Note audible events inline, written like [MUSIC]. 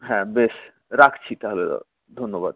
হ্যাঁ বেশ রাখছি তাহলে [UNINTELLIGIBLE] ধন্যবাদ